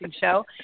show